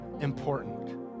important